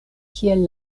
kiel